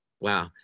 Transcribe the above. Wow